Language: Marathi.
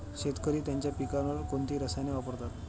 शेतकरी त्यांच्या पिकांवर कोणती रसायने वापरतात?